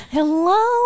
Hello